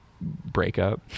breakup